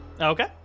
Okay